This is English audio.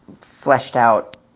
fleshed-out